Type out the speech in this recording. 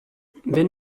wenn